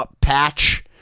patch